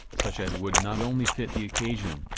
such as would not only fit the occasion,